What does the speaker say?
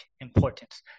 importance